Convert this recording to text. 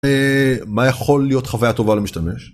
מה יכול להיות חוויה טובה למשתמש.